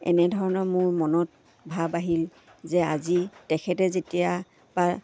এনেধৰণৰ মোৰ মনত ভাব আহিল যে আজি তেখেতে যেতিয়া পা